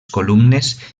columnes